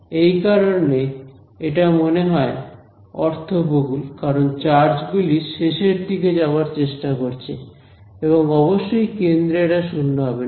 এই কারণে এটা মনে হয় অর্থবহুল কারণ চার্জ গুলি শেষের দিকে যাবার চেষ্টা করছে এবং অবশ্যই কেন্দ্রে এটা শূন্য হবে না